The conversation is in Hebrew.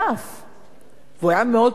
והוא היה מאוד פופולרי באותה עת.